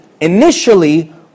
initially